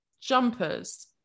jumpers